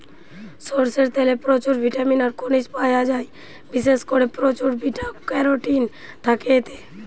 সরষের তেলে প্রচুর ভিটামিন আর খনিজ পায়া যায়, বিশেষ কোরে প্রচুর বিটা ক্যারোটিন থাকে এতে